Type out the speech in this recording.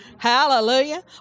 Hallelujah